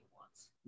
wants